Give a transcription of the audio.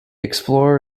explorer